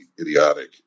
idiotic